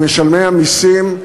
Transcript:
משלמי המסים,